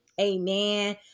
Amen